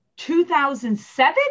2007